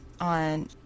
on